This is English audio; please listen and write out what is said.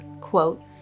quote